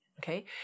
okay